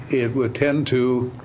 it would tend to,